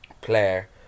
player